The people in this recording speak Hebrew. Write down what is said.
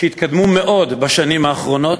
שהתקדמו מאוד בשנים האחרונות,